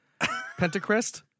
Pentacrest